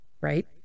right